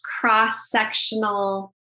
cross-sectional